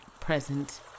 present